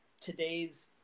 today's